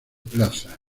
plaza